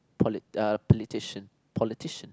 poli~ err politician politician